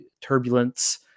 turbulence